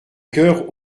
coeur